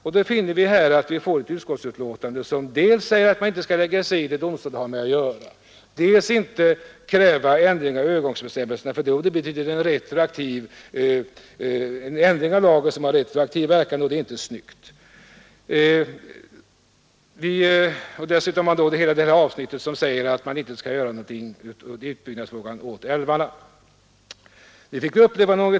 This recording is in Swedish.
Vi får här alltså ett utskottsbetänkande som utmynnar i att man dels inte skall lägga sig i en fråga som domstol har att pröva, dels inte skall kräva en ändring av övergångsbestämmelserna, eftersom det skulle innebära en ändring av lagen med retroaktiv verkan vilket inte skulle vara bra. Vidare finns hela detta avsnitt som innebär att man inte skall göra någonting i fråga om utbyggnaden av älvarna.